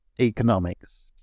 economics